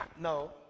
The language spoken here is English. No